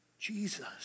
Jesus